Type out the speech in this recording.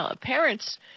parents